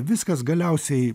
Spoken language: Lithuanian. viskas galiausiai